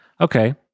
okay